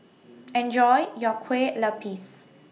Enjoy your Kueh Lupis